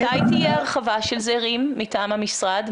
מתי תהיה הרחבה של זה, רים, מטעם המשרד?